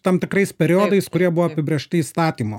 tam tikrais periodais kurie buvo apibrėžt įstatymo kas